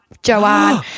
Joanne